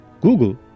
Google